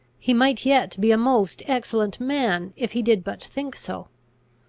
he might yet be a most excellent man, if he did but think so.